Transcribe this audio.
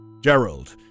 Gerald